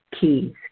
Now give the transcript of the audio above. keys